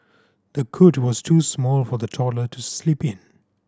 the cot was too small for the toddler to sleep in